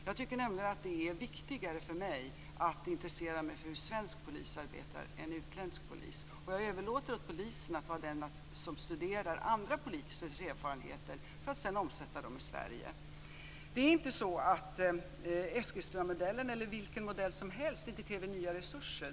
Jag tycker att det är viktigare att jag intresserar mig för hur svensk polis arbetar än hur utländsk polis gör det. Jag överlåter åt polisen att studera andra polisers erfarenheter för att sedan omsätta dem i Sverige. Det är inte så att Eskilstunamodellen eller vilken modell som helst inte kräver nya resurser.